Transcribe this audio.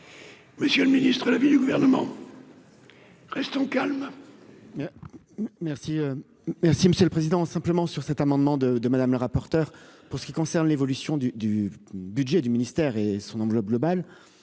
Monsieur le Ministre, l'avis du gouvernement, restons calmes.